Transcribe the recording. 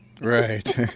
Right